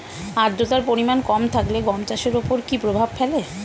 আদ্রতার পরিমাণ কম থাকলে গম চাষের ওপর কী প্রভাব ফেলে?